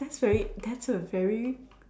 that's very that's a very